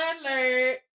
alert